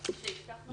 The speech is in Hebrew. יש בעיה דרך הזום,